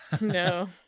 no